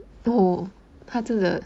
oh 他真的